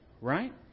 Right